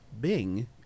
Bing